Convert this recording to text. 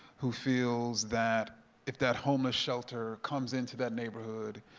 who feels that if that homeless shelter comes into that neighborhood,